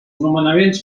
nomenaments